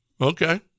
okay